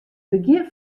begjin